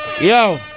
yo